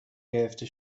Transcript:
گرفته